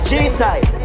G-side